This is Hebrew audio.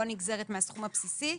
לא נגזרת מהסכום הבסיסי,